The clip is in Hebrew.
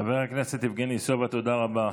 חבר הכנסת יבגני סובה, תודה רבה.